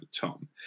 Tom